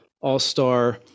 all-star